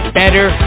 better